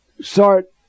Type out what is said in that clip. start